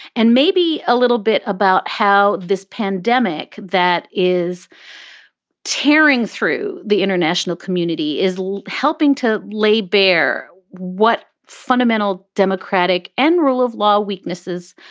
and maybe a little bit about how this pandemic that is tearing through the international community is helping to lay bare what fundamental democratic and rule of law weaknesses.